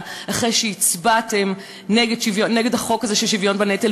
אחרי שהצבעתם נגד החוק הזה של שוויון בנטל,